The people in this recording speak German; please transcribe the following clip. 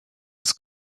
des